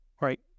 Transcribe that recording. right